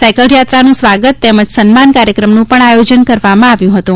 cycle યાત્રાનું સ્વાગત તેમજ સન્માન કાર્યક્રમનું પણ આયોજન કરવામાં આવ્યું હતું